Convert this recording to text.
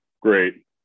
great